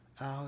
out